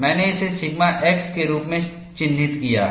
मैंने इसे sigma x के रूप में चिह्नित किया है